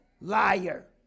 Liar